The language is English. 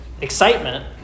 excitement